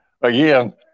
again